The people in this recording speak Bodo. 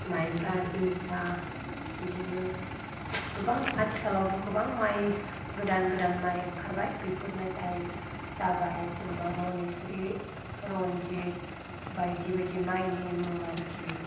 माइब्रा जोसा बिदिनो गोबां आथिखालावथ' गोबां माइ गोदान गोदान माइ ओंखारबाय बेफोरनो जाय जाबाय जेनेबा मनिसुरि रनजित बायदि बायदि माइनि मुं आरोखि